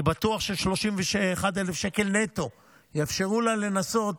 אני בטוח ש-31,000 שקל נטו יאפשרו לה לנסות